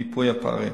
מיפוי הפערים.